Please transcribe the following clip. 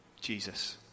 Jesus